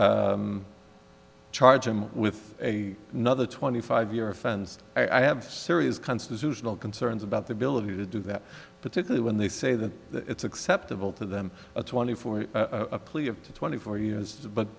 charge him with a another twenty five year offense i have serious constitutional concerns about the ability to do that particularly when they say that it's acceptable to them twenty four a plea of twenty four years